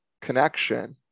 connection